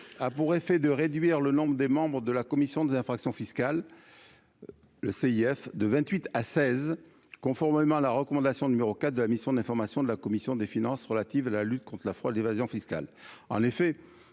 a pour effet de réduire le nombre des membres de la commission des infractions fiscales, le CIF de 28 à 16 conformément à la recommandation numéro 4 de la mission d'information de la commission des Finances relative à la lutte contre la fraude, l'évasion fiscale,